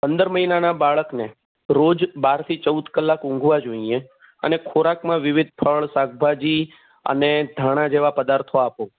પંદર મહિનાના બાળકને રોજ બારથી ચૌદ કલાક ઊંઘવા જોઈએ અને ખોરાકમાં વિવિધ ફળ શાકભાજી અને ધાણા જેવા પદાર્થો આપો